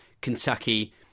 Kentucky